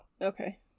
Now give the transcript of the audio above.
okay